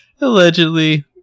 allegedly